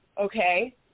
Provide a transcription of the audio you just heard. okay